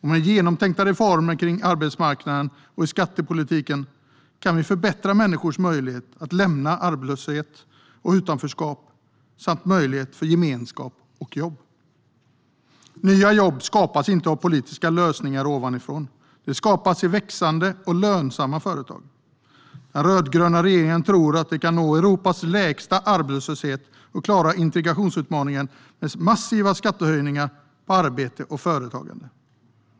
Med genomtänkta reformer kring arbetsmarknaden och i skattepolitiken kan vi förbättra människors möjligheter att lämna arbetslöshet och utanförskap samt ge möjlighet till gemenskap och jobb. Nya jobb skapas inte av politiska lösningar ovanifrån. De skapas i växande och lönsamma företag. Den rödgröna regeringen tror att den kan nå Europas lägsta arbetslöshet och klara integrationsutmaningen med massiva skattehöjningar på arbete och företagande.